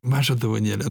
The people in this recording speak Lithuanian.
mažą dovanėlę